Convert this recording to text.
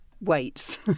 weights